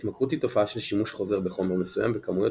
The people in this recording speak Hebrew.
התמכרות היא תופעה של שימוש חוזר בחומר מסוים בכמויות